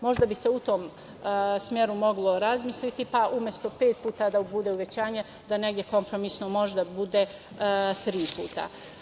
Možda bi se u to smeru moglo razmisliti, pa umesto pet puta da bude uvećanje, da negde kompromisno možda bude tri puta.